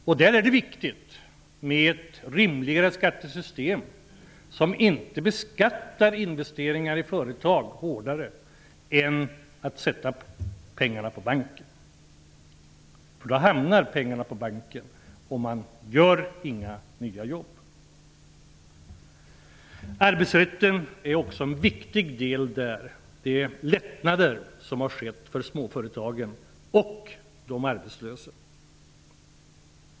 Det är viktigt med ett rimligare skattesystem där man inte beskattar investeringar i företag hårdare än vad pengar på banken beskattas. Pengar på banken åstadkommer inga nya jobb. Arbetsrätten utgör också en viktig del. Jag tänker främst på de lättnader som har skett för småföretagen och de arbetslösa.